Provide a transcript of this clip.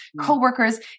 coworkers